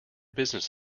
business